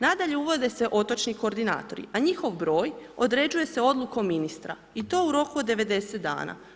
Nadalje, uvode se otočni koordinatori, a njihov broj određuje se odlukom ministra i to u roku od 90 dana.